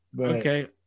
Okay